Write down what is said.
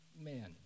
man